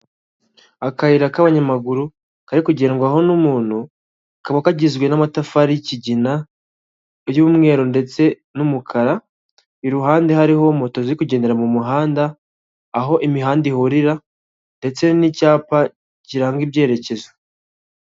Akayira k'abanyamaguru kari kugendwaho n'umuntu, kaba kagizwe n'amatafari y'ikigina, y'umweru ndetse n'umukara, iruhande hariho moto zi kugendera mu muhanda aho imihanda ihurira ndetse n'icyapa kiranga ibyerekezo.